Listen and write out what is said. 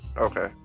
okay